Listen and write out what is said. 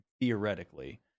theoretically